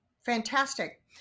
fantastic